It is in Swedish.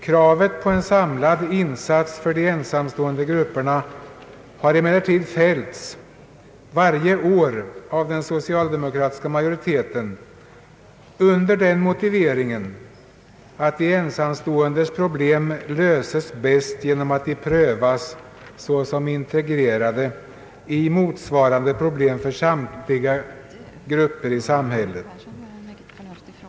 Kravet på en samlad insats för grupperna av ensamstående har emellertid tillbakavisats varje år av den socialdemokratiska majoriteten under motiveringen att de ensamståendes problem löses bäst genom att de prövas såsom integrerade i motsvarande problem för samtliga grupper i samhället.